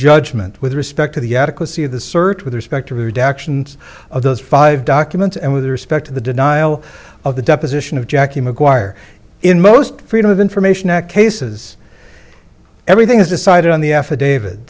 judgment with respect to the adequacy of the search with respect to redactions of those five documents and with respect to the denial of the deposition of jackie maguire in most freedom of information act cases everything is decided on the affidavit